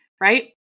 right